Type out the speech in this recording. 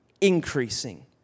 increasing